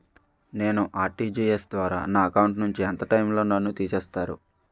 నేను ఆ.ర్టి.జి.ఎస్ ద్వారా నా అకౌంట్ నుంచి ఎంత టైం లో నన్ను తిసేస్తారు?